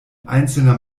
einzelner